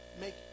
make